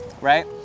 right